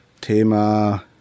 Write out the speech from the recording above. Thema